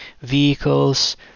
vehicles